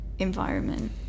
Environment